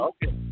Okay